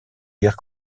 guère